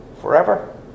forever